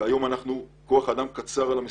והיום כוח האדם קצר לעומת המשימות,